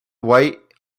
white